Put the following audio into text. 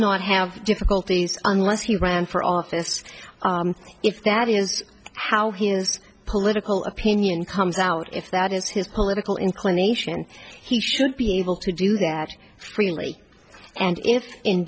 not have difficulties unless he ran for office if that is how his political opinion comes out if that is his political inclination he should be able to do that freely and i